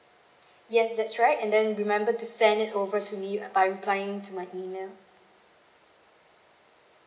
yes that's right and then remember to send it over to me by replying to my email